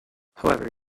however